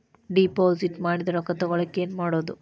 Deposit ಮಾಡಿದ ರೊಕ್ಕ ತಗೋಳಕ್ಕೆ ಏನು ಮಾಡೋದು?